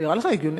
נראה לך הגיוני?